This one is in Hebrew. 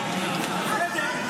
בסדר?